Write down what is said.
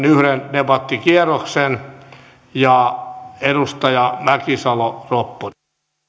debattikierroksen edustaja mäkisalo ropponen